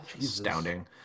astounding